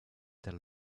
tell